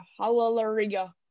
hallelujah